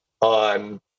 on